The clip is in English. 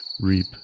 reap